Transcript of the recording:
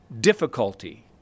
difficulty